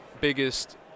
biggest